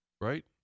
Right